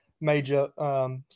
major